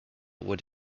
would